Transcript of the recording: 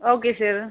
okay sir